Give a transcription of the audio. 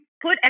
put